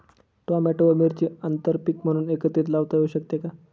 Tomato व मिरची आंतरपीक म्हणून एकत्रित लावता येऊ शकते का?